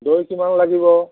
দৈ কিমান লাগিব